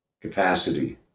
capacity